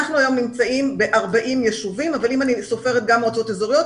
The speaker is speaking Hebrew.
אנחנו היום נמצאים ב-40 ישובים אבל אם אני סופרת גם מועצות אזוריות,